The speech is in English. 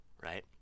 Right